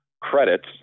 credits